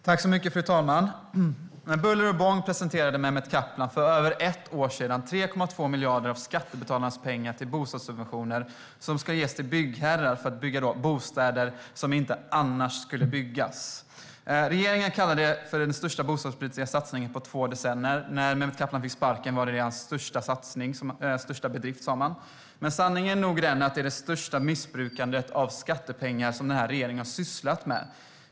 Fru talman! Med buller och bång presenterade Mehmet Kaplan för över ett år sedan att över 3,2 miljarder av skattebetalarnas pengar ska gå till bostadssubventioner. De ska ges till byggherrar för att bygga bostäder som inte annars skulle byggas. Regeringen kallar det för den största bostadspolitiska satsningen på två decennier. När Mehmet Kaplan fick sparken var det hans största bedrift, sa man. Sanningen är nog den att det är det största missbruket av skattepengar som regeringen har sysslat med.